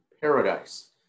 Paradise